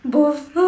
both